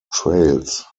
trails